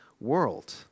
world